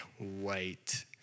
wait